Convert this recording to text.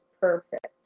perfect